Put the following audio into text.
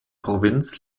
provinz